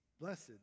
Blessed